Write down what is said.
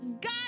God